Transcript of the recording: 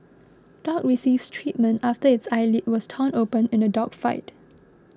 dog receives treatment after its eyelid was torn open in a dog fight